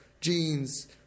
jeans